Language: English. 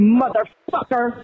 motherfucker